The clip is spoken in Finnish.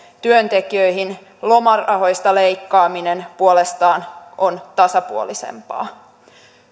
työntekijöihin lomarahoista leikkaaminen puolestaan on tasapuolisempaa